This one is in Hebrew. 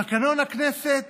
תקנון הכנסת